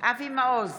אבי מעוז,